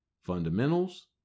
fundamentals